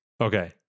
Okay